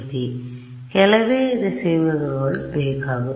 ಆದ್ದರಿಂದ ಕೆಲವೇ ರಿಸೀವರ್ಗಳು ಬೇಕಾಗುತ್ತವೆ